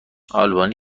آلبانی